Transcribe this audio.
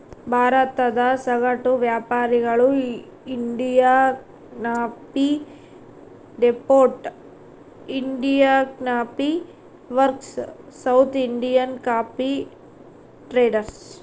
ಭಾರತದ ಸಗಟು ವ್ಯಾಪಾರಿಗಳು Indian coffee depot, Indian coffee works, South Indian coffee traders